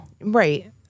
Right